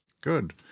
Good